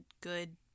good